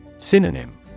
Synonym